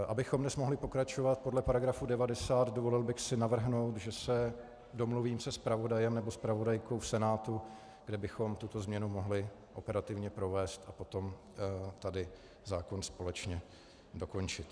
Abychom dnes mohli pokračovat podle § 90, dovolil bych si navrhnout, že se domluvím se zpravodajem nebo zpravodajkou Senátu, kde bychom tuto změnu mohli operativně provést a potom tady zákon společně dokončit.